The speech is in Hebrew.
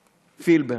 פילבר.